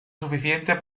suficiente